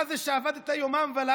בגלל שאתה זה שעבדת יומם ולילה.